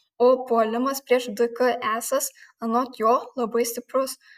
o puolimas prieš dk esąs anot jo labai stiprus